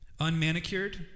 Unmanicured